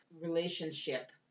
relationship